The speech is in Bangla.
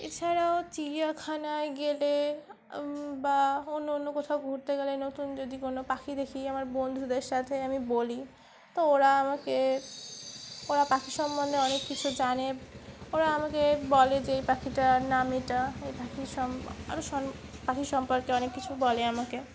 এছাড়াও চিড়িয়াখানায় গেলে বা অন্য অন্য কোথাও ঘুরতে গেলে নতুন যদি কোনো পাখি দেখি আমার বন্ধুদের সাথে আমি বলি তো ওরা আমাকে ওরা পাখি সম্বন্ধে অনেক কিছু জানে ওরা আমাকে বলে যে এই পাখিটার নাম এটা এই পাখির সম আরও পাখি সম্পর্কে অনেক কিছু বলে আমাকে